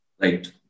Right